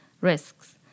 risks